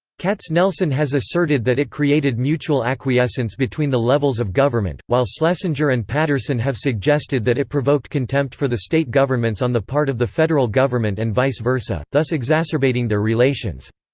katznelson has asserted that it created mutual acquiescence between the levels of government, while schlesinger and patterson have suggested that it provoked contempt for the state governments on the part of the federal government and vice versa, thus exacerbating their relations.